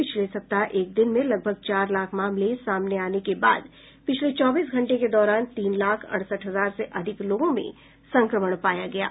पिछले सप्ताह एक दिन में लगभग चार लाख मामले सामने आने के बाद पिछले चौबीस घंटे के दौरान तीन लाख अड़सठ हजार से अधिक लोगों में संक्रमण पाया गया है